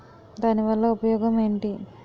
దాని వల్ల ఉపయోగం ఎంటి?